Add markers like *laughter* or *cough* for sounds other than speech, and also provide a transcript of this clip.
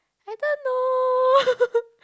I thought no *laughs*